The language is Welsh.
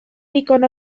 ddigon